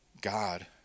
God